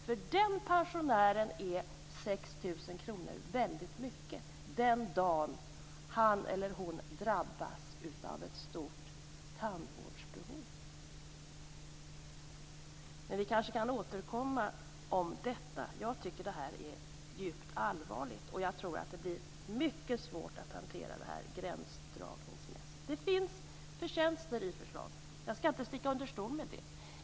För denna pensionär är 6 000 kronor väldigt mycket den dagen han eller hon drabbas av ett stort tandvårdsbehov. Vi kanske kan återkomma till detta. Jag tycker att det är djupt allvarligt och tror att det blir mycket svårt att hantera gränsdragningen. Jag skall inte sticka under stol med att förslaget har förtjänster.